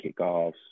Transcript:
kickoffs